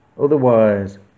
otherwise